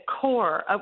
core